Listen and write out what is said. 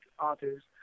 authors